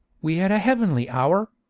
we had a heavenly hour.